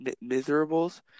miserables